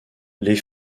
les